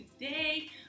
today